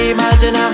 Imagine